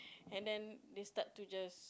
and then they start to just